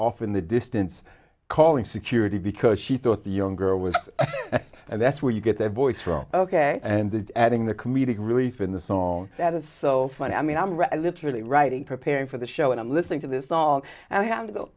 in the distance calling security because she thought the young girl was and that's where you get that voice from ok and that adding the comedic relief in the song that is so funny i mean i'm literally writing preparing for the show and i'm listening to this song and i ha